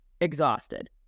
exhausted